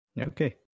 Okay